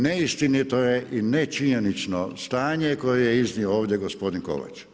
Neistinito je i nečinjenično stanje koje je iznio ovdje gospodin Kovač.